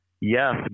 yes